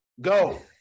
Go